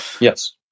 Yes